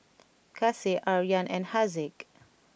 Kasih Aryan and Haziq